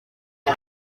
maó